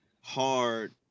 hard